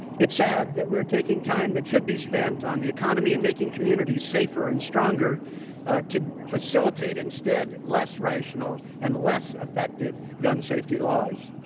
it's sad that we are taking time that should be spent on the economy and making communities safer and stronger to facilitate instead less rational and less effective gun safety laws.